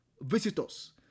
visitors